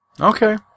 Okay